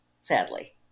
sadly